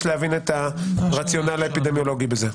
להבין את הרציונל האפידמיולוגי בזה.